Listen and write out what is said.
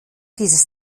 dieses